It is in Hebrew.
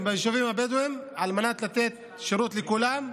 ביישובים הבדואיים על מנת לתת שירות לכולם.